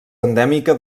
endèmica